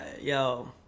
Yo